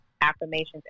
affirmations